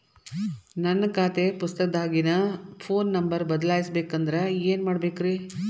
ನನ್ನ ಖಾತೆ ಪುಸ್ತಕದಾಗಿನ ಫೋನ್ ನಂಬರ್ ಬದಲಾಯಿಸ ಬೇಕಂದ್ರ ಏನ್ ಮಾಡ ಬೇಕ್ರಿ?